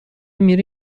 میری